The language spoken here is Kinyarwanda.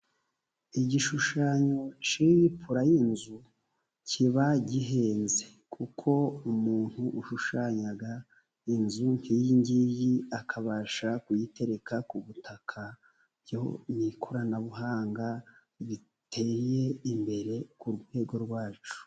Igishushanyo cy'iyi pura y'inzu, kiba gihenze kuko umuntu ushushanya inzu nk'iyingiyi akabasha kuyitereka ku butaka, byo ni ikoranabuhanga riteye imbere ku rwego rwacu.